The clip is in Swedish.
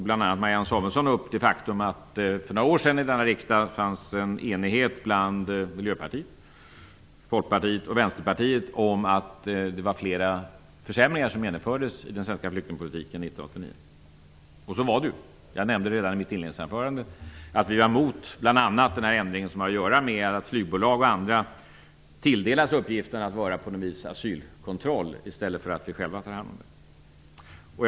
Bl.a. Marianne Samuelsson nämnde det faktum att det för några år sedan i denna riksdag fanns en enighet bland Miljöpartiet, Folkpartiet och Vänsterpartiet om att flera försämringar genomfördes i den svenska flyktingpolitiken 1989. Så är det. Jag nämnde redan i mitt inledningsanförande att vi var mot bl.a. den ändring som har att göra med att flygbolag t.ex. tilldelas uppgiften att på något vis vara en asylkontroll i stället för att vi själva tar hand om det.